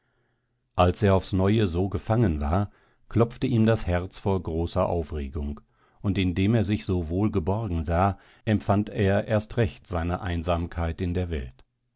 als er aufs neue so gefangen war klopfte ihm das herz vor großer aufregung und indem er sich so wohl geborgen sah empfand er erst recht seine einsamkeit in der welt